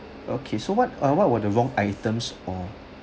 okay so what uh what were the wrong items or